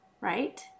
Right